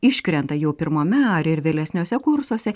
iškrenta jau pirmame ar ir vėlesniuose kursuose